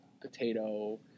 potato